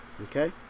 okay